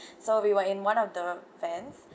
so we were in one of the vans